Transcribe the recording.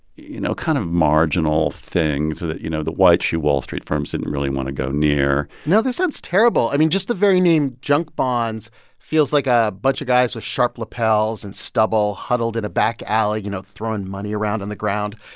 you know, kind of marginal things that, you know, the white-shoe wall street firms didn't really want to go near now, this sounds terrible. i mean, just the very name junk bonds feels like a bunch of guys with sharp lapels and stubble huddled in a back alley, you know, throwing money around on the ground.